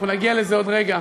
אנחנו נגיע לזה עוד רגע.